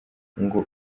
ngo